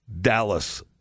Dallas